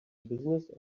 business